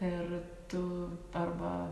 ir tu arba